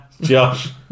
Josh